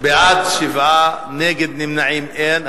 בעד, 7. נגד, נמנעים, אין.